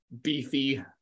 beefy